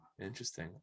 interesting